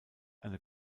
eine